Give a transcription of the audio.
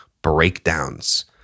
breakdowns